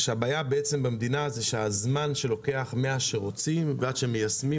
שהבעיה במדינה זה שהזמן שלוקח מאז שרוצים ועד שמיישמים,